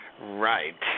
Right